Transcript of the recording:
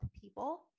people